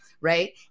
right